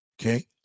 Okay